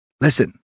listen